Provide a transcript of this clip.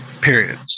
Period